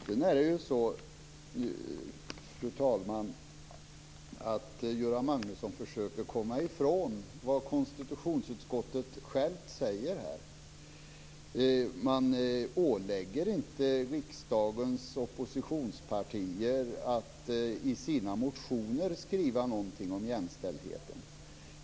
Sedan är det ju så, fru talman, att Göran Magnusson försöker komma ifrån vad konstitutionsutskottet självt säger här. Man ålägger inte riksdagens oppositionspartier att i sina motioner skriva någonting om jämställdheten.